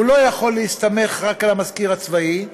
הוא לא יכול להסתמך רק על המזכיר הצבאי,